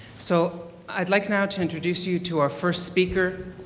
so i'd like now to introduce you to our first speaker.